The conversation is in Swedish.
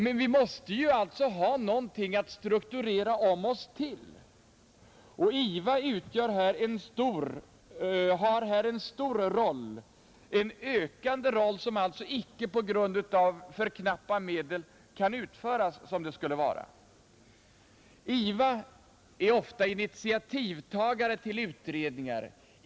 Men vi måste ju ha någonting att strukturera om oss till, och IVA har här en stor och ökande roll, som alltså på grund av för knappa medel icke kan utföras på ett sätt som skulle behövas. IVA är ofta initiativtagare till utredningar.